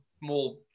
more